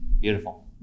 beautiful